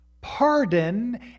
pardon